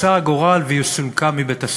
רצה הגורל והיא סולקה מבית-הספר,